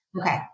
Okay